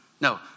No